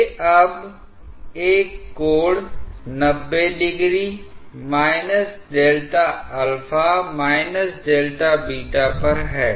वे अब एक कोण 90° Δα Δβ पर हैं